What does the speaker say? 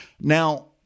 Now